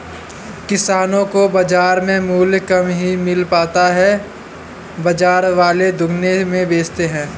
किसानो को बाजार में मूल्य कम ही मिल पाता है बाजार वाले दुगुने में बेचते है